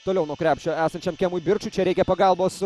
toliau nuo krepšio esančiam kemui birčui čia reikia pagalbos